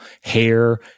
Hair